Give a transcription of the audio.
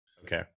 Okay